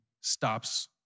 stops